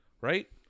Right